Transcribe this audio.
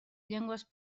llengües